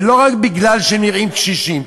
ולא רק בגלל שהם נראים קשישים,